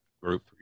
group